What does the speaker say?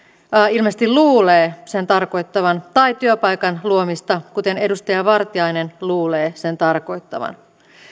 ilmeisesti luulee sen tarkoittavan tai työpaikan luomista kuten edustaja vartiainen luulee sen tarkoittavan